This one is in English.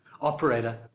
Operator